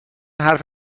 حرف